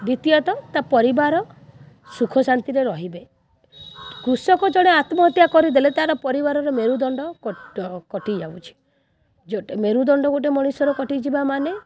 ଦ୍ୱିତୀୟତଃ ତା ପରିବାର ସୁଖ ଶାନ୍ତିରେ ରହିବେ କୃଷକ ଜଣେ ଆତ୍ମହତ୍ୟା କରିଦେଲେ ତାର ପରିବାରରେ ମେରୁଦଣ୍ଡ କଟିଯାଉଛି ମେରୁଦଣ୍ଡ ଗୋଟିଏ ମଣିଷର କଟିଯିବା ମାନେ